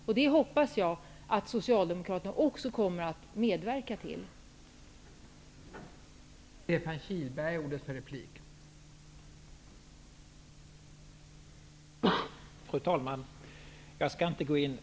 Jag hoppas att socialdemokraterna också kommer att medverka till detta.